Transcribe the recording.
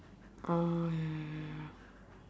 orh ya ya ya ya ya